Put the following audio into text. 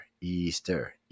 Easter